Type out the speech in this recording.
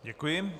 Děkuji.